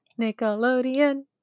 Nickelodeon